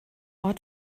ort